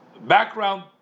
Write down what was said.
background